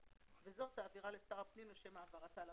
וזו תעבירה לשר הפנים לשם העברתה לוועדה.